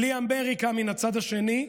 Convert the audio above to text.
בלי אמריקה מן הצד השני,